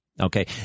Okay